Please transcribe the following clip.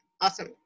awesome